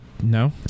No